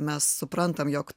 mes suprantam jog